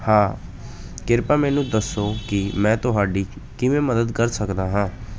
ਹਾਂ ਕਿਰਪਾ ਮੈਨੂੰ ਦੱਸੋ ਕਿ ਮੈਂ ਤੁਹਾਡੀ ਕਿਵੇਂ ਮਦਦ ਕਰ ਸਕਦਾ ਹਾਂ